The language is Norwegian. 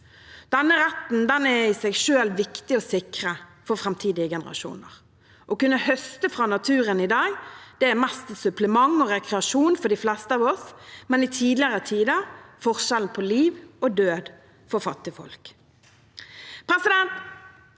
Denne retten er i seg selv viktig å sikre for framtidige generasjoner. Å kunne høste fra naturen er i dag mest til supplement og rekreasjon for de fleste av oss, men i tidligere tider var det forskjellen på liv og død for fattigfolk.